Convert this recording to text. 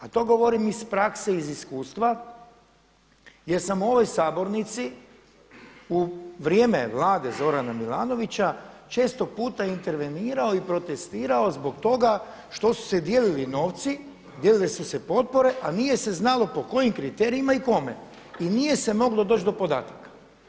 A to govorim iz prakse iz iskustva jer sam u ovoj sabornici u vrijeme vlade Zorana Milanovića često puta intervenirao i protestirao zbog toga što su se dijelili novci, dijelile su se potpore a nije se znalo po kojim kriterijima i kome i nije se moglo doći do podataka.